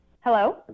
Hello